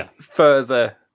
further